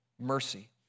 mercy